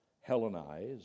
Hellenized